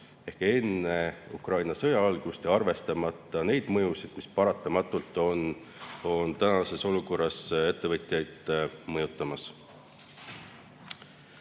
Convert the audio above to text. ehk enne Ukraina sõja algust ja arvestamata neid mõjusid, mis paratamatult praeguses olukorras ettevõtjaid mõjutavad.